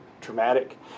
Traumatic